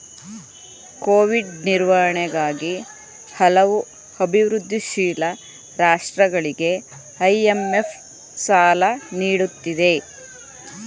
Covid ನಿರ್ವಹಣೆಗಾಗಿ ಹಲವು ಅಭಿವೃದ್ಧಿಶೀಲ ರಾಷ್ಟ್ರಗಳಿಗೆ ಐ.ಎಂ.ಎಫ್ ಸಾಲ ನೀಡುತ್ತಿದೆ